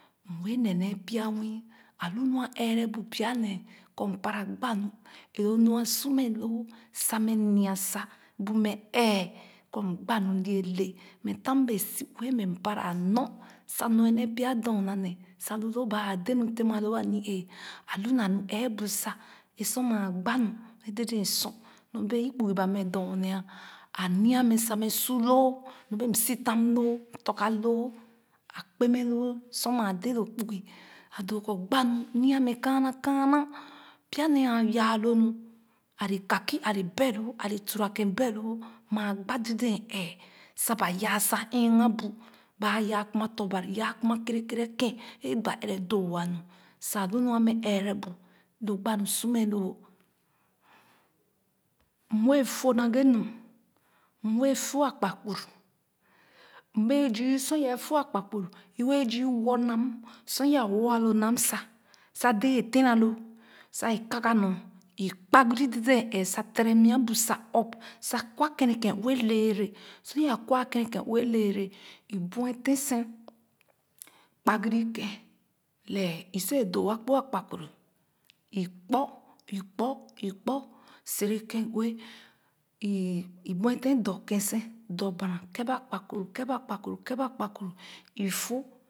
M wee ne nee pya nwii a lu nua ɛrɛ bu pya nee kɔ m parra gba nu ee lo nua su mɛ loo samɛ nya sa bu mɛ ɛɛ kɔ m gbaa nu leele mɛ tam o bee siue mɛ m parra nor sa nuen nee pya dorna nee sa lu loo ba dee nu tema loo a niee alu na nu ɛɛbu sa m sor ma gba nu a dèdèn sor nɔɔbee i kpugi ba mɛ doo mɛ a nya mɛ sa mɛ su loo nɔɔ bee m sitan loo tugah loo a kpemɛ loo a kpemɛ loo sor maa dee loo kpugi a doo kɔ gba nu nya mɛ kaana kaana pya nee a ya lo nu ale kaki ale beh loh ale turakèn behloh maa gba dèdèn eeh sa ba ya sa ɛghe bu ba aa ya kunna tɔ̃ Bani ya kuma kerekera kèn ee ba ɛrɛ doowa nu sa a lu nu a mɛ ɛrɛ bu lo gba nu su mɛ loo m wɛɛ fo naghe nu m wɛɛ fo a kpakpuru i wɛɛ m bee zii sor yaa wɔ loo nam sa sa dee a teria loo sa ee ka gah nor i kpagii dèdèn ɛɛ sa tere nia bu sa ɔp sa kwa kennekèn ue lɛɛ le sor yaa kwa kén nekèn ue lɛɛle i buetèn sen kpagin kèn leh i si wɛɛ doo a kpo akpakpuru i kpar i kpar i kpar sere kèn ue ii bueten dɔ kèn sen dɔ bana kɛp akpakpuru ̣.